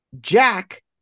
Jack